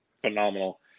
phenomenal